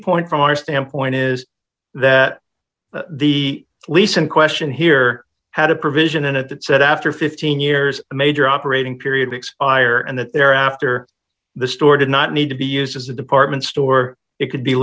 point from our standpoint is that the lease in question here had a provision in it that said after fifteen years a major operating period expires and that there after the store did not need to be used as a department store it could be